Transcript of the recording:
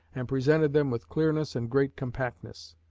and presented them with clearness and great compactness.